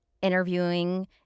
interviewing